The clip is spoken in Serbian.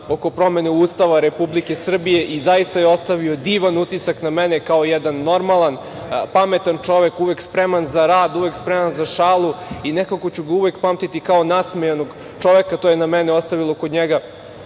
oko promene Ustava Republike Srbije i zaista je ostavio divan utisak na mene kao jedan normalan, pametan čovek, uvek spreman za rad, uvek spreman na šalu i nekako ću ga uvek pamtiti kao nasmejanog čoveka. To je na mene ostavilo kod njega